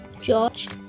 george